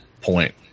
point